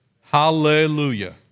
Hallelujah